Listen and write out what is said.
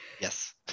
Yes